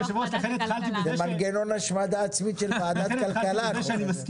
זה מנגנון השמדה עצמית של וועדת כלכלה החוק הזה.